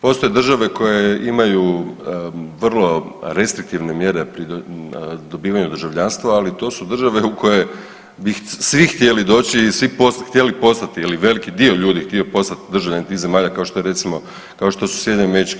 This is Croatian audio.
Postoje države koje imaju vrlo restriktivne mjere pri dobivanju državljanstva, ali to su države u koje bi svi htjeli doći i svi htjeli postati, ili veliki dio ljudi htio postat državljanin tih zemalja kao što je recimo, kao što su SAD.